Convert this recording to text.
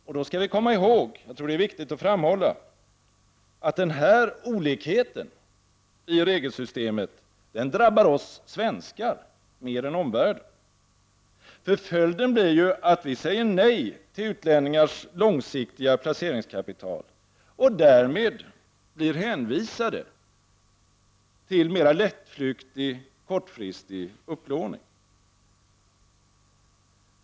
Men vi skall komma ihåg, och jag tror det är viktigt att framhålla det, att den här olikheten i regelsystemet drabbar oss svenskar mer än omvärlden. Följden blir ju att vi säger nej till utlänningars långsiktiga placeringskapital och därmed blir hänvisade till en mer lättflyktig kortfristig upplåning.